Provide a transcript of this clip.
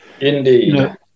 Indeed